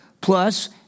Plus